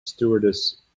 stewardess